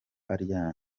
aryamye